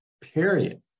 period